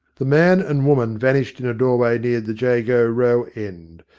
the man and woman vanished in a doorway near the jago row end,